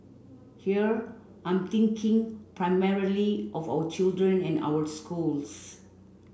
here I'm thinking primarily of our children and our schools